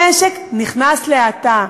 המשק נכנס להאטה.